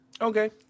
Okay